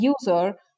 user